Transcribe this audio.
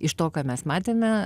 iš to ką mes matėme